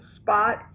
spot